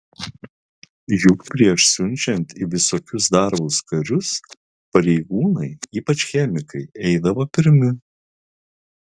juk prieš siunčiant į visokius darbus karius pareigūnai ypač chemikai eidavo pirmi